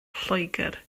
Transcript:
lloegr